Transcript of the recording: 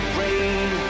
rain